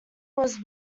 was